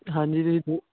ਹਾਂਜੀ